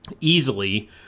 easily